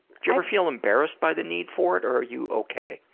you ever feel embarrassed by the need for it or are you okay?